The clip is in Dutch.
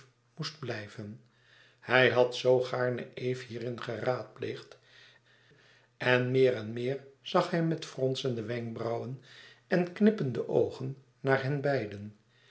moest blijven hij had zoo gaarne eve hierin geraadpleegd en meer en meer zag hij met fronsende wenkbrauwen en knippende oogen naar henbeiden